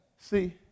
See